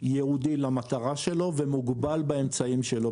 ייעודי למטרה שלו ומוגבל באמצעים שלו.